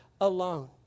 alone